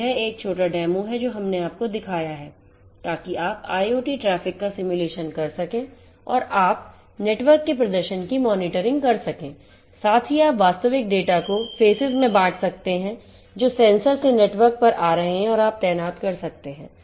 तो यह एक छोटा डेमो है जो हमने आपको दिखाया है ताकि आप IoT ट्रैफ़िक का simulation कर सकें और आप नेटवर्क के प्रदर्शन की मॉनिटरिंग कर सकें साथ ही आप वास्तविक डेटा को फेसेस में बाँट सकते हैं जो सेंसर से नेटवर्क पर आ रहे हैं और आप तैनात कर सकते हैं